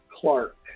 Clark